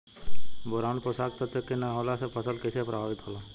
Boron पोषक तत्व के न होला से फसल कइसे प्रभावित होला?